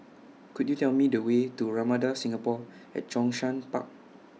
Could YOU Tell Me The Way to Ramada Singapore At Zhongshan Park